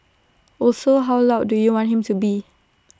also how loud do you want him to be